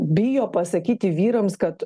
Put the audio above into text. bijo pasakyti vyrams kad